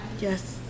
Yes